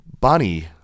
Bonnie